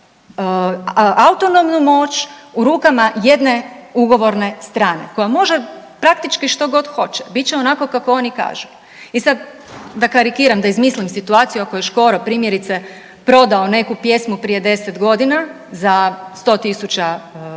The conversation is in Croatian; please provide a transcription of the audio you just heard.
moć, autonomnu moć u rukama jedne ugovorne strane koja može praktički što god hoće, bit će onako kako oni kažu. I sad da karikiram, da izmislim situaciju u kojoj je Škoro primjerice prodao neku pjesmu prije 10 godina za 100 000 eura,